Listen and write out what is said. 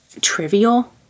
trivial